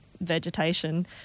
vegetation